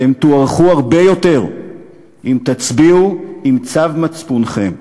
אתם תוערכו הרבה יותר אם תצביעו עם צו מצפונכם.